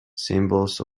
symbols